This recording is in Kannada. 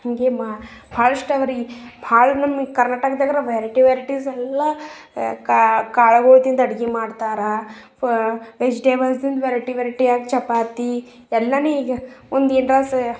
ಹೀಗೆ ಮಾ ಭಾಳಷ್ಟು ಅವರಿ ಭಾಳ ನಮ್ಮ ಈ ಕರ್ನಾಟಕದಾಗ್ರಿ ವೆರೈಟಿ ವೆರೈಟಿಸ್ ಎಲ್ಲ ಕಾಳಗಳ್ದಿಂದ ಅಡ್ಗೆ ಮಾಡ್ತಾರೆ ಫ ವೆಜಿಟೇಬಲ್ಸಿಂದ ವೆರೈಟಿ ವೆರೈಟಿಯಾಗಿ ಚಪಾತಿ ಎಲ್ಲಾನು ಈಗ ಒಂದು